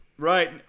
Right